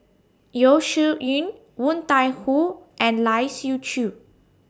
Yeo Shih Yun Woon Tai Ho and Lai Siu Chiu